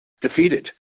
defeated